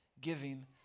giving